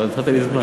אבל נתת לי זמן.